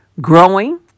Growing